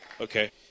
Okay